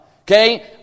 Okay